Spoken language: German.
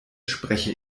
spreche